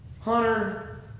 hunter